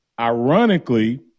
ironically